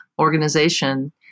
organization